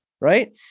right